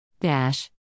Dash